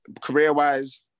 career-wise